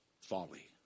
folly